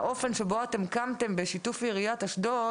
האופן שבו קמתם בשיתוף עיריית אשדוד,